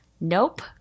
nope